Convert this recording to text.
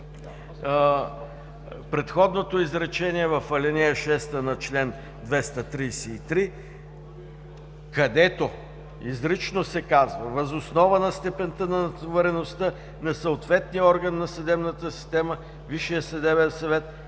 предходното изречение в ал. 6 на чл. 233, където изрично се казва: „Въз основа на степента на натовареността на съответния орган на съдебната система,